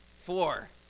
Four